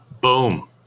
Boom